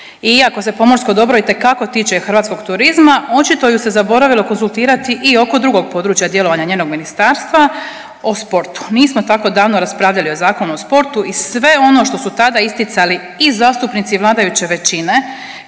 iako se pomorsko dobro itekako tiče hrvatskog turizma, očito ju se zaboravilo konzultirati i oko drugog područja djelovanja njenog ministarstva o sportu. Nismo tako davno raspravljali o Zakonu o sportu i sve ono što su tada isticali i zastupnici vladajuće većine,